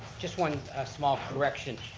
just one small correction.